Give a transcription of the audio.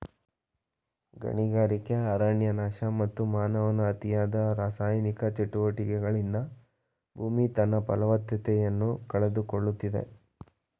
ಗಣಿಗಾರಿಕೆ, ಅರಣ್ಯನಾಶ, ಮತ್ತು ಮಾನವನ ಅತಿಯಾದ ರಾಸಾಯನಿಕ ಚಟುವಟಿಕೆಗಳಿಂದ ಭೂಮಿ ತನ್ನ ಫಲವತ್ತತೆಯನ್ನು ಕಳೆದುಕೊಳ್ಳುತ್ತಿದೆ